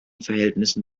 verhältnissen